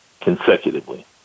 consecutively